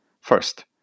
First